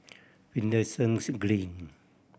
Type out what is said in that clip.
Finlayson Green